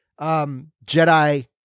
Jedi